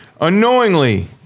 unknowingly